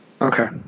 Okay